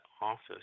office